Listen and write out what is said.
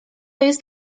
jest